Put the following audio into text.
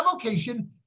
avocation